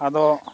ᱟᱫᱚ